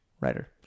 writer